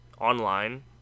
online